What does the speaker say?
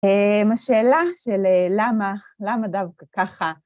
‫השאלה של למה דווקא ככה.